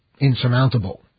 insurmountable